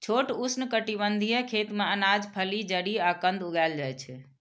छोट उष्णकटिबंधीय खेत मे अनाज, फली, जड़ि आ कंद उगाएल जाइ छै